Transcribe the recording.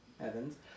Evans